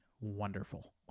Wonderful